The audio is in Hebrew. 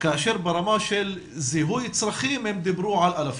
כאשר ברמה של זיהוי צרכים, הם דיברו על אלפים.